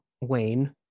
Wayne